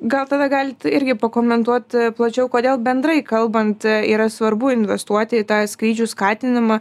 gal tada galit irgi pakomentuot plačiau kodėl bendrai kalbant yra svarbu investuoti į tą skrydžių skatinimą